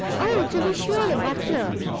oh, to be sure the butler!